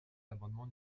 l’amendement